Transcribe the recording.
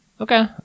Okay